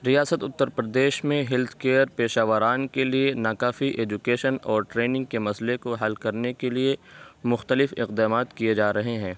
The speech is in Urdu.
ریاست اتر پردیش میں ہیلتھ کیئر پیشہ واران کے لیے ناکافی ایجوکیشن اور ٹریننگ کے مسٔلے کو حل کرنے کے لیے مختلف اقدامات کیے جا رہے ہیں